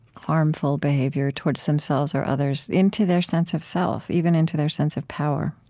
harmful behavior towards themselves or others into their sense of self, even into their sense of power.